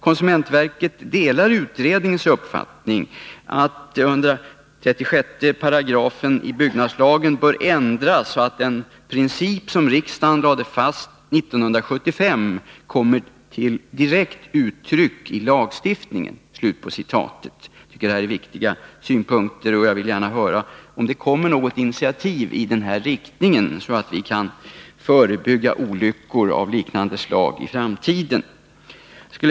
Konsumentverket delar utredningens uppfattning att 136 a § bygglagen bör ändras så att den princip som riksdagen lade fast 1975 kommer till direkt uttryck i lagstiftningen.” Jag tycker att detta är viktiga synpunkter, och jag vill gärna höra om det kommer något initiativ i den här riktningen, så att vi kan förebygga olyckor av liknande slag i framtiden.